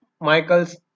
Michaels